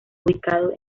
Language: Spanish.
ubicado